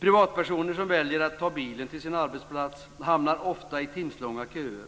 Privatpersoner som väljer att ta bilen till sin arbetsplats hamnar ofta i timslånga köer.